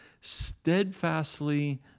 steadfastly